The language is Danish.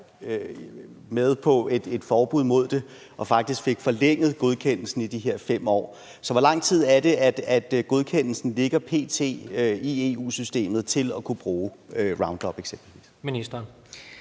med på et forbud mod det og faktisk fik forlænget godkendelsen i de her 5 år. Så hvor lang tid ligger godkendelsen p.t. i EU-systemet til at kunne bruge eksempelvis